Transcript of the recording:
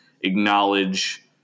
acknowledge